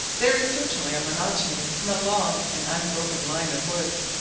there is certainly a monotony in the long and unbroken line of woods,